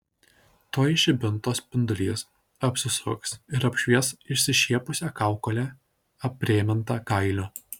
tuoj žibinto spindulys apsisuks ir apšvies išsišiepusią kaukolę aprėmintą kailiu